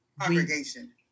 Congregation